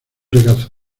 regazo